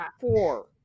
four